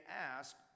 ask